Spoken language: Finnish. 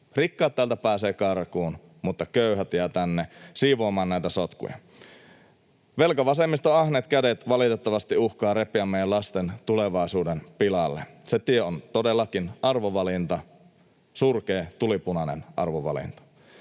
Rikkaat pääsevät täältä karkuun, mutta köyhät jäävät tänne siivoamaan näitä sotkuja. Velkavasemmiston ahneet kädet valitettavasti uhkaavat repiä meidän lasten tulevaisuuden pilalle. Se tie on todellakin arvovalinta, surkea tulipunainen arvovalinta.